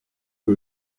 que